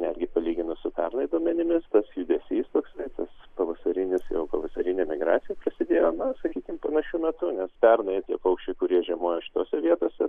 netgi palyginus su pernai duomenimis tas judesys toksai tas pavasarinis jau pavasarinė migracija prasidėj ona sakykim panašiu metu nes pernai tie paukščiai kurie žiemojo šitose vietose